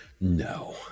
No